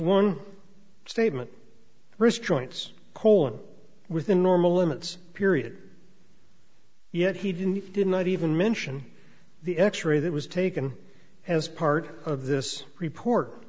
one statement restraints colon within normal limits period yet he did and did not even mention the x ray that was taken as part of this report